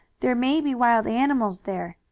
there may be wild animals there.